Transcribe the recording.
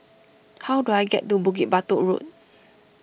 how do I get to Bukit Batok Road